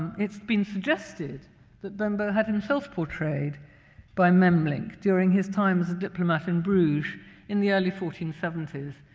it's been suggested that bembo had himself portrayed by memling during his time as a diplomat in bruges in the early fourteen seventy s,